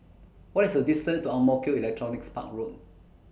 What IS The distance to Ang Mo Kio Electronics Park Road